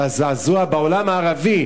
והזעזוע בעולם הערבי,